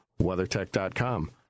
WeatherTech.com